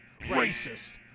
racist